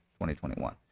2021